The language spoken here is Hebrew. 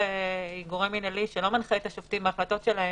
היא גורם מינהלי, שלא מנחה את השופטים בהחלטותיהם.